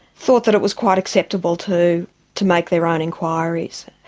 thought that it was quite acceptable to to make their own enquiries.